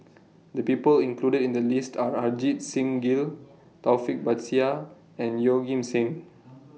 The People included in The list Are Ajit Singh Gill Taufik Batisah and Yeoh Ghim Seng